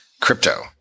crypto